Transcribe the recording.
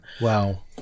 Wow